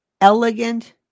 elegant